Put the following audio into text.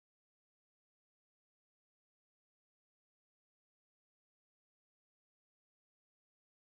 then it's like because it's like bendemeer is near me and my parents really very like it